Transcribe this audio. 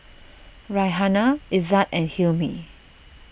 Raihana Izzat and Hilmi